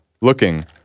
looking